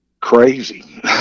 crazy